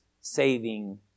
saving